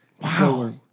Wow